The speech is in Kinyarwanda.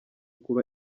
kuba